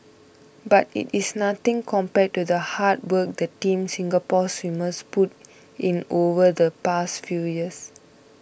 but it is nothing compared to the hard work the Team Singapore swimmers put in over the past few years